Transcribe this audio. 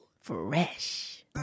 Fresh